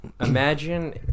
imagine